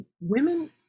women